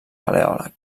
paleòleg